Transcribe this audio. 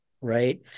right